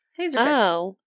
Taser